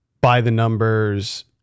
by-the-numbers